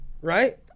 right